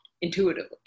intuitively